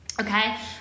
okay